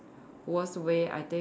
worst way I think